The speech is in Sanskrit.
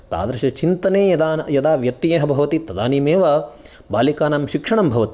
तादृश चिन्तने यदा यदा न व्यत्यय भवति तदानीमेव बालिकानां शिक्षणं भवति